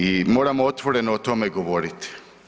I moramo otvoreno o tome govoriti.